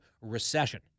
recession